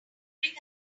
during